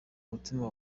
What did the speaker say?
umutima